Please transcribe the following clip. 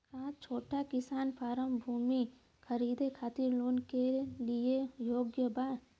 का छोटा किसान फारम भूमि खरीदे खातिर लोन के लिए योग्य बा?